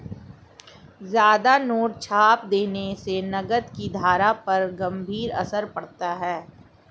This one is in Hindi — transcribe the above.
ज्यादा नोट छाप देने से नकद की धारा पर गंभीर असर पड़ता है